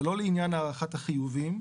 זה לא לעניין הערכת החיובים,